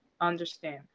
understand